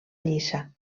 lliça